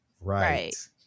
Right